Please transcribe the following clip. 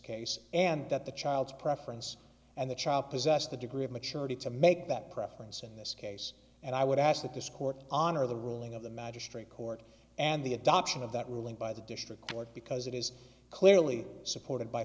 case and that the child's preference and the child possessed the degree of maturity to make that preference in this case and i would ask that this court honor the ruling of the magistrate court and the adoption of that ruling by the district court because it is clearly supported by